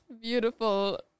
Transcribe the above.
beautiful